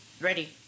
ready